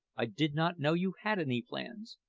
i did not know you had any plans.